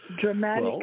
Dramatic